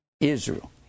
Israel